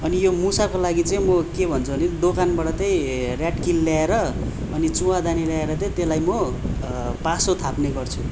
अनि यो मुसाको लागि चाहिँ म के भन्छु भने दोकानबाट चाहिँ ऱ्याटकिल ल्याएर अनि चुहादानी ल्याएर चाहिँ त्यसलाई म पासो थाप्ने गर्छु